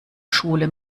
schule